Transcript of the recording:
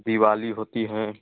दिवाली होती है